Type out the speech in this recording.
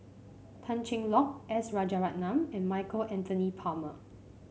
Tan Cheng Lock S Rajaratnam and Michael Anthony Palmer